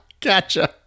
Gotcha